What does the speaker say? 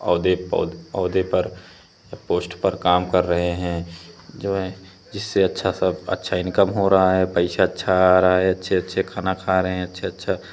ओहदे ओहदे पर या पोस्ट पर काम कर रहे हैं जो हैं जिससे अच्छा सब अच्छी इंकम हो रहा है पैसा अच्छा आ रहा है अच्छे अच्छे खाने खा रहे हैं अच्छा अच्छा